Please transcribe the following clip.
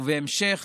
ובהמשך